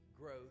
Growth